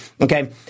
okay